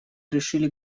решили